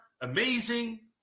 amazing